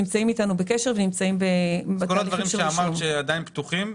והם נמצאים איתנו בקשר --- ומה לגבי כל הדברים שאמרת שעדיין פתוחים?